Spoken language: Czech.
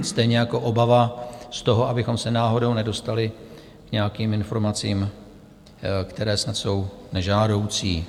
Stejně jako obava z toho, abychom se náhodou nedostali k nějakým informacím, které snad jsou nežádoucí.